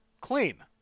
clean